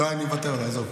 לא, אני אוותר לו, עזוב.